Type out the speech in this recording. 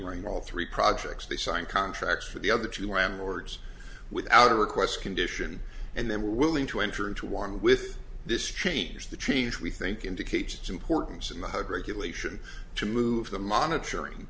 wearing all three projects they sign contracts for the other two landlords without a request condition and they were willing to enter into one with this change the change we think indicates importance in the hug regular action to move the monitoring